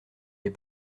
les